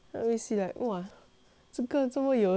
这个这么有钱